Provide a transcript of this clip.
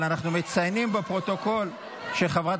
אבל אנחנו מציינים בפרוטוקול שחברת